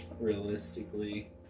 realistically